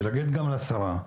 ולהגיד גם לשרה,